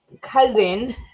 cousin